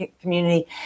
community